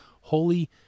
holy